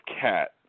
cat